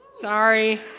Sorry